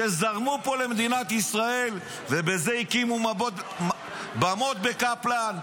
שזרמו פה למדינת ישראל, ובזה הקימו במות בקפלן,